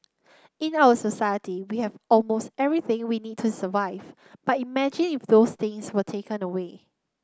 in our society we have almost everything we need to survive but imagine if those things were taken away